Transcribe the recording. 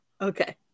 okay